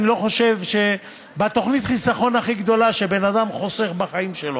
אני לא חושב שבתוכנית החיסכון הכי גדולה שבן אדם חוסך בחיים שלו,